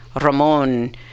Ramon